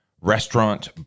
restaurant